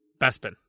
Bespin